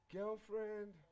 Girlfriend